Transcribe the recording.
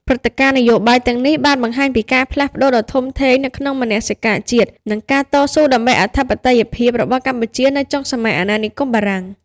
ព្រឹត្តិការណ៍នយោបាយទាំងនេះបានបង្ហាញពីការផ្លាស់ប្តូរដ៏ធំធេងនៅក្នុងមនសិការជាតិ និងការតស៊ូដើម្បីអធិបតេយ្យភាពរបស់កម្ពុជានៅចុងសម័យអាណានិគមបារាំង។